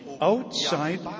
outside